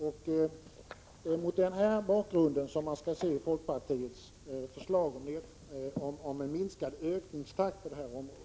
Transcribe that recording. Det är mot denna bakgrund som folkpartiets förslag om en minskad ökningstakt på detta område skall ses.